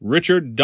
Richard